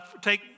take